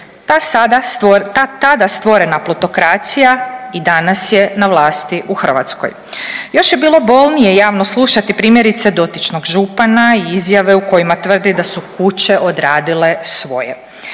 Ta tada stvorena plutokracija i danas je na vlasti u Hrvatskoj. Još je bilo bolnije javno slušati primjerice dotičnog župana i izjave u kojima tvrdi da su kuće odradile svoje.